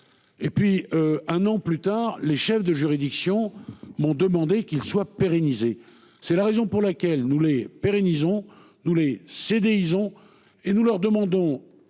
Et puis un an plus tard, les chefs de juridiction m'ont demandé qu'il soit pérennisé. C'est la raison pour laquelle nous les pérennisons nous les CD. Ils ont et nous leur demandons